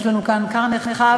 יש לנו כאן כר נרחב,